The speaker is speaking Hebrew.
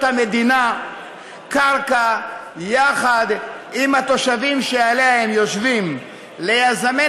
המדינה קרקע יחד עם התושבים שעליה הם יושבים ליזמי